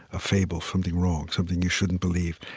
a fable, something wrong, something you shouldn't believe.